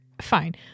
fine